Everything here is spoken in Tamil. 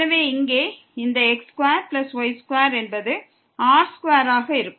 எனவே இங்கே இந்த x2y2 என்பது r2 ஆக இருக்கும்